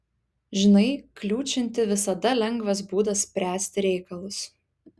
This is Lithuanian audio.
žinai kliūčinti visada lengvas būdas spręsti reikalus